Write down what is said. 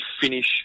finish